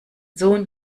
sohn